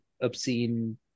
obscene